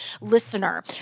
listener